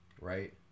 Right